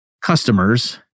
customers